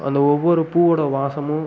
அந்த ஒவ்வொரு பூவோடய வாசமும்